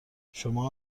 شما